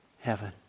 heaven